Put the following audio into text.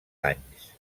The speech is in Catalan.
anys